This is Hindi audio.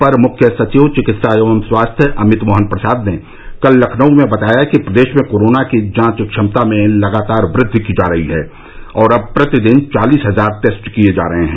अपर मुख्य सचिव चिकित्सा एवं स्वास्थ्य अमित मोहन प्रसाद ने कल लखनऊ में बताया कि प्रदेश में कोरोना की जांच क्षमता में लगातार वृद्वि की जा रही है और अब प्रतिदिन चालीस हजार टेस्ट किए जा रहे हैं